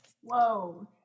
Whoa